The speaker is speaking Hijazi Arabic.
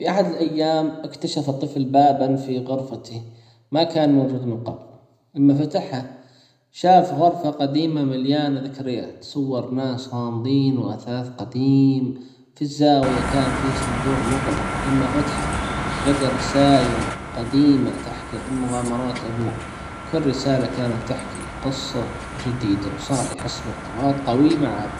في احد الايام اكتشف الطفل بابًا في غرفته ما كان موجود من قبل لما فتحها شاف غرفة قديمة مليانة ذكريات صور ناس غامضين واثاث قديم في الزاوية كان في صندوق مغلق لما فتحه لقى رسايل قديمة تحكي عن مغامرات ابوه كل رسالة كانت تحكي قصة جديدة وصار يحس بالارتباط قوي مع ابوه.